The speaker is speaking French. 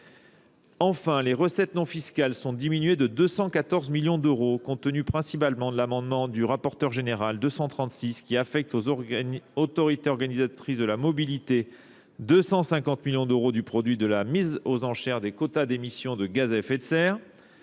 Enfin, les recettes non fiscales sont diminuées de 214 millions d'euros, compte tenu principalement de l'amendement du rapporteur général 236, qui affecte aux autorités organisatrices de la mobilité 250 millions d'euros du produit de la mise aux enchères des quotas d'émissions de gaz à effet de serre.